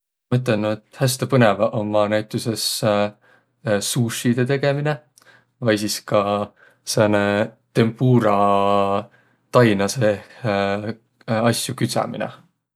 Ma ütelnüq, et häste põnõvaq ommaq näütüses sushidõ tegemine vai sis ka sääne tempura taina seeh asju küdsämine.